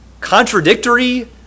contradictory